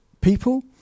people